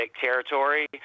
Territory